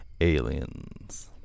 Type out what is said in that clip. Aliens